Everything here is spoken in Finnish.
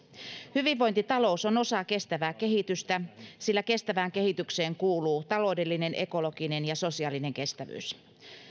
hyvinvointitalous on osa kestävää kehitystä sillä kestävään kehitykseen kuuluu taloudellinen ekologinen ja sosiaalinen kestävyys